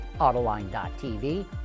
Autoline.tv